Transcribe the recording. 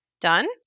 done